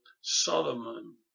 Solomon